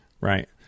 Right